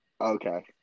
Okay